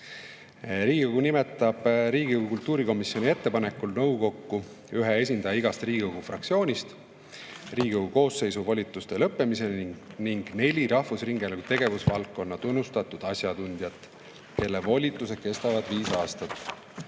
Riigikogu nimetab Riigikogu kultuurikomisjoni ettepanekul nõukokku ühe esindaja igast Riigikogu fraktsioonist Riigikogu koosseisu volituste lõppemiseni ning neli rahvusringhäälingu tegevusvaldkonna tunnustatud asjatundjat, kelle volitused kehtivad viis